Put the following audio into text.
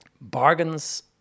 bargains